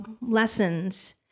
lessons